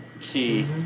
key